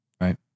right